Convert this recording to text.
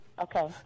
Okay